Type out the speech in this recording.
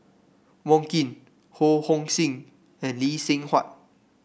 Wong Keen Ho Hong Sing and Lee Seng Huat